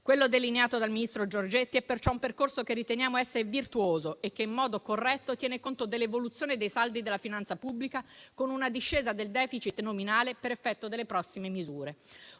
Quello delineato dal ministro Giorgetti è perciò un percorso che riteniamo essere virtuoso e che, in modo corretto, tiene conto dell'evoluzione dei saldi della finanza pubblica, con una discesa del *deficit* nominale per effetto delle prossime misure;